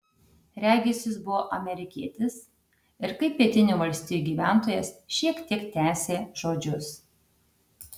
regis jis buvo amerikietis ir kaip pietinių valstijų gyventojas šiek tiek tęsė žodžius